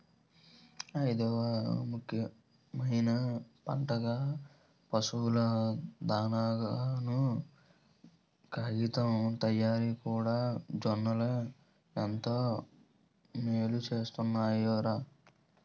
ఐదవ ముఖ్యమైన పంటగా, పశువుల దానాగాను, కాగితం తయారిలోకూడా జొన్నలే ఎంతో మేలుసేస్తున్నాయ్ రా